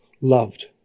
loved